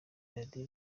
radio